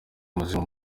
umuzimu